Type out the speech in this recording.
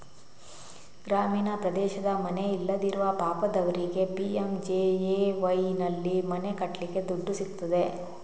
ಗ್ರಾಮೀಣ ಪ್ರದೇಶದ ಮನೆ ಇಲ್ಲದಿರುವ ಪಾಪದವರಿಗೆ ಪಿ.ಎಂ.ಜಿ.ಎ.ವೈನಲ್ಲಿ ಮನೆ ಕಟ್ಲಿಕ್ಕೆ ದುಡ್ಡು ಸಿಗ್ತದೆ